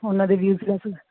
ਉਹਨਾਂ ਦੇ ਵਿਊਜ਼ ਲੈ ਸਕਦੇ